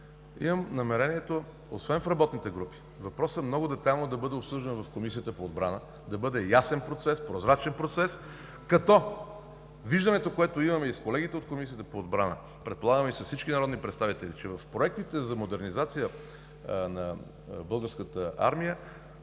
имам намерението освен в работните групи, въпросът много детайлно да бъде обсъждан в Комисията по отбрана, да бъде ясен, прозрачен процес като виждането, което имаме и с колегите от Комисията по отбрана, предполагам и с всички народни представители, че в проектите за модернизация на българската армия